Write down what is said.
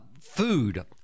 food